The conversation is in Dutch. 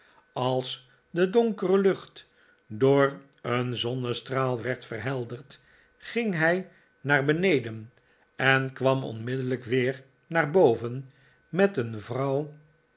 als de donkere lucht door een zonnestraal werd verhelderd ging hij naar beneden en kwam onmiddellijk weer naar boven met een vrouw